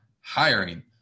hiring